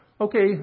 Okay